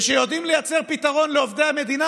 ושיודעים לייצר פתרון לעובדי המדינה,